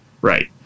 Right